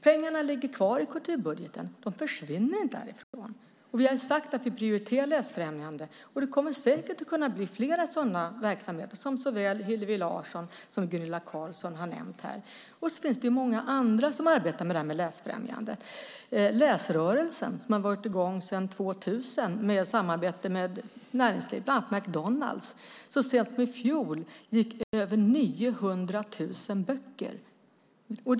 Pengarna ligger kvar i kulturbudgeten; de försvinner inte därifrån. Vi har sagt att vi prioriterar läsfrämjande. Det kommer säkert att kunna bli fler sådana verksamheter som såväl Hillevi Larsson som Gunilla Carlsson har nämnt. Det finns också många andra som arbetar med läsfrämjande. Läsrörelsen har varit i gång sedan 2000 och samarbetat med näringslivet, bland annat McDonalds. Så sent som i fjol delades över 900 000 böcker ut.